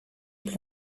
los